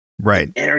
Right